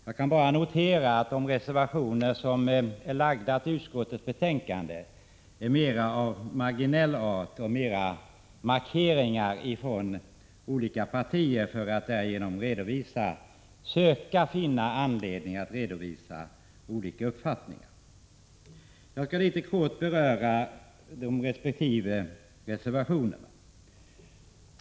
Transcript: Jag kan notera att de reservationer som har fogats till utskottets betänkande mera är av marginell art. De utgör mera markeringar från olika partier, där dessa försöker finna anledning att redovisa olika uppfattningar. Jag skall mycket kortfattat beröra de olika reservationerna.